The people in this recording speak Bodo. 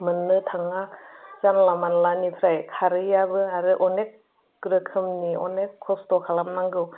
मोननो थाङा जानला मानलानिफ्राय खारैयाबो आरो अनेक रोखोमनि अनेक खस्त' खालामनांगौ